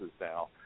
now